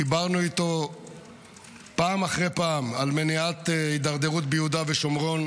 דיברנו איתו פעם אחר פעם על מניעת הידרדרות ביהודה ושומרון.